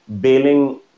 bailing